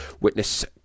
witness